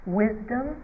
wisdom